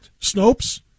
Snopes